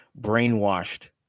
brainwashed